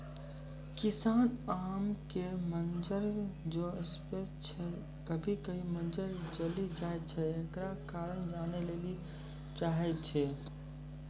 किसान आम के मंजर जे स्प्रे छैय कभी कभी मंजर जली जाय छैय, एकरो कारण जाने ली चाहेय छैय?